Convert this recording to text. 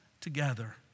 together